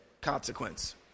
consequence